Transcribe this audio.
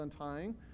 untying